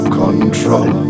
control